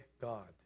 God